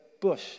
bush